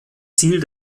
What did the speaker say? ziel